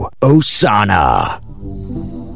Osana